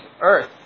Earth